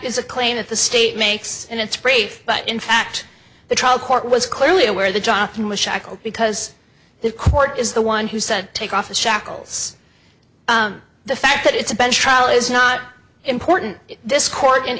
is a claim that the state makes and it's brief but in fact the trial court was clearly aware that jonathan was shackled because the court is the one who said take off the shackles the fact that it's a bench trial is not important this court in